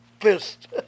fist